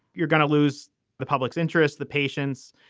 you're gonna lose the public's interest, the patients,